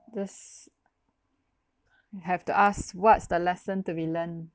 thus have to ask what's the lesson to be learn